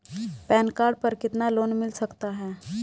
Pan card पर कितना loan मिल सकता है?